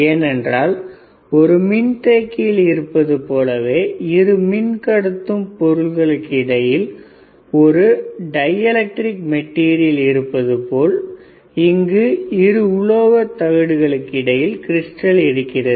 ஏனென்றால் ஒரு மின்தேக்கியில் இருப்பது போலவே இரு மின் கடத்தும் பொருளுக்கு இடையில் ஒரு மின் கடத்தாப் பொருள் இருப்பது போல இங்கே இரு உலோக தகடுகளுக்கு இடையில் கிரிஸ்டல் இருக்கிறது